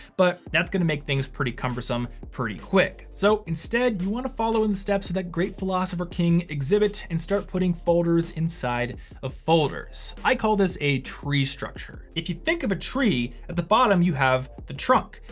but that's gonna make things pretty cumbersome, pretty quick. so instead, you wanna follow in the steps of that great philosopher, king xzibit, and start putting folders inside of folders. i call this a tree structure. if you think of a tree at the bottom, you have the trunk,